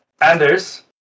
Anders